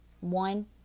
one